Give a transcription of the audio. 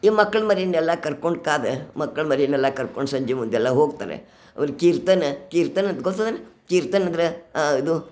ಈ ಮಕ್ಕಳು ಮರಿನೆಲ್ಲ ಕರ್ಕೊಂಡು ಕಾದೆ ಮಕ್ಕಳು ಮರಿನೆಲ್ಲ ಕರ್ಕೊಂಡು ಸಂಜೆ ಮುಂದೆಲ್ಲ ಹೋಗ್ತಾರೆ ಒಂದು ಕೀರ್ತನ ಕೀರ್ತನಂತ ಗೊತ್ತದೆನ ಕೀರ್ತನಂದರೆ ಇದು